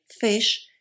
fish